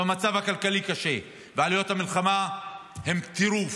והמצב הכלכלי קשה, ועלויות המלחמה הן טירוף.